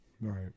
Right